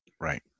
Right